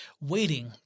waiting